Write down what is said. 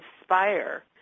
inspire